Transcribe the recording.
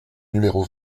numéro